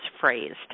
phrased –